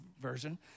version